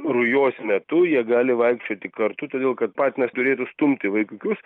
rujos metu jie gali vaikščioti kartu todėl kad patinas turėtų stumti vaikiukus